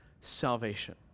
salvation